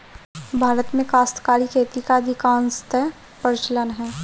भारत में काश्तकारी खेती का अधिकांशतः प्रचलन है